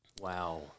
Wow